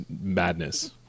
madness